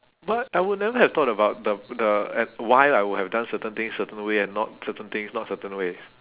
what I would never have thought about the the why I would have done certain things certain way and not certain things not certain ways